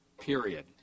period